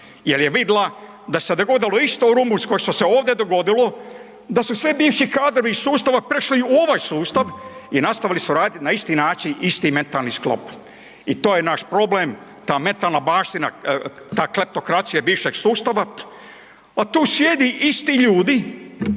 jel je vidjela da se dogodilo isto u Rumunjskoj što se ovdje dogodilo da su sve bivši kadrovi iz sustava prešli u ovaj sustav i nastavili su raditi na isti način isti mentalni sklop i to je naš problem, ta mentalna baština, ta kleptokracija bivšeg sustava a tu sjede isti ljudi